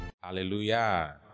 Hallelujah